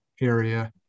area